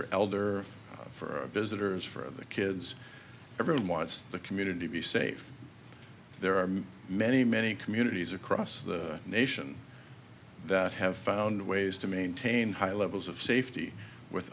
are elder for visitors for the kids everyone wants the community be safe there are many many communities across the nation that have found ways to maintain high levels of safety with